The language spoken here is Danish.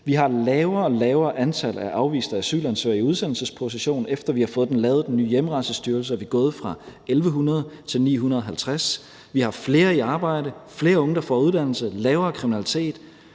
Vi har et lavere og lavere antal af afviste asylansøgere i udsendelsesposition. Efter vi har fået lavet den nye Hjemrejsestyrelse, er vi gået fra 1.100 til 950. Vi har flere i arbejde; flere unge, der får en uddannelse; lavere kriminalitet;